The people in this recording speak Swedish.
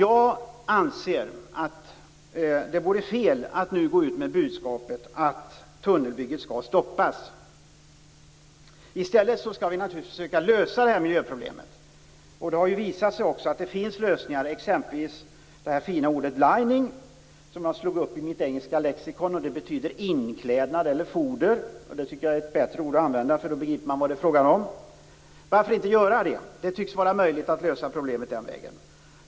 Jag anser att det vore fel att nu gå ut med budskapet att tunnelbygget skall stoppas. I stället skall vi naturligtvis försöka lösa miljöproblemet. Det har också visat sig att det finns lösningar, exempelvis lining. Det är ett fint ord som jag slog upp i mitt engelska lexikon, och det betyder inklädnad eller foder. Det tycker jag är bättre ord, därför att man då begriper vad det är frågan om. Varför inte använda den metoden? Det tycks vara möjligt att lösa problemet på det sättet.